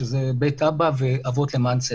שזה בית אבא ואבות למען צדק.